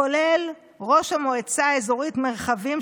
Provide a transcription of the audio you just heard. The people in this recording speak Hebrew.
כולל ראש המועצה האזורית מרחבים,